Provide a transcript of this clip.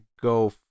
go